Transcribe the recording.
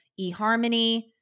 eHarmony